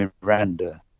Miranda